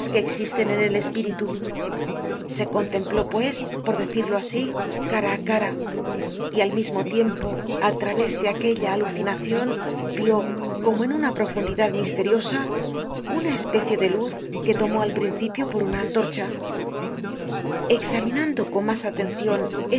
que existen en el espíritu se contempló pues por decirlo asi cara á cara y al mismo tiempo al través de aquella alucinacion vió como en una profundidad misteriosa una especie de luz que tomó al principio por una antorcha examinando con mas atencion